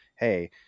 Hey